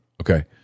Okay